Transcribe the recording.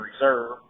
reserve